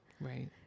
Right